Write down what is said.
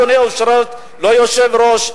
אדוני היושב-ראש,